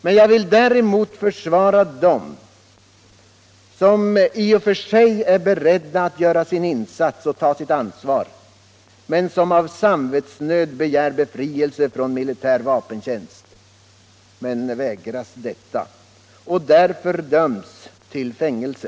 Däremot vill jag försvara dem som i och för sig är beredda att göra sin insats och ta sitt ansvar fastän de av samvetsnöd begär befrielse från militär vapentjänst men vägras detta och döms till fängelse.